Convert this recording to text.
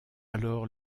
alors